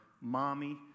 Mommy